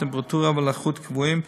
תנאי טמפרטורה ולחות קבועים,